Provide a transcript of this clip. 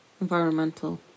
environmental